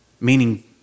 meaning